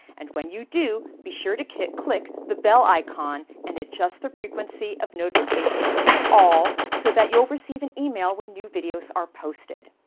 and when you do be sure to hit click the bell icon and adjust the frequency of notifications to all so that you'll receive an email when new videos are posted.